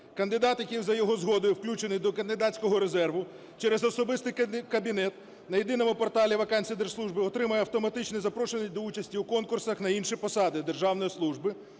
Кандидат, який за його згодою включений до кандидатського резерву, через особистий кабінет на єдиному порталі вакансій держслужби отримає автоматичне запрошення до участі у конкурсах на інші посади державної служби,